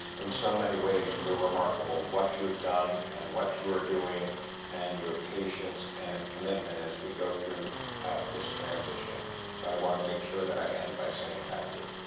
in so many ways, you're remarkable. what you have done and what you are doing and your patience and commitment as we go through this transition. so i wanna make sure that i end by saying thank you.